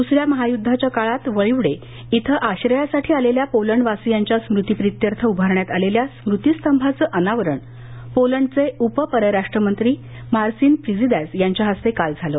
दुसऱ्या महायुद्दाघ्या काळात वळीवडे इथ आश्रयासाठी आलेल्या पोलंड वासीयांच्या स्मृती प्रीत्यर्थ उभारण्यात आलेल्या स्मृतिस्तंभाचं अनावरण पोलंडये उपपरराष्ट्र मंत्री मार्सीन प्रीझीदॅज यांच्या हस्ते काल झालं